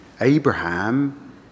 Abraham